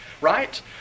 right